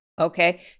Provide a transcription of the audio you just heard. Okay